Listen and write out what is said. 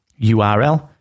URL